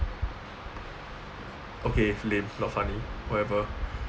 okay lame not funny whatever